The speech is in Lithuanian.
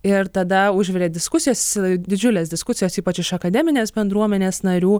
ir tada užvirė diskusijos didžiulės diskusijos ypač iš akademinės bendruomenės narių